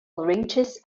ranges